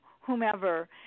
whomever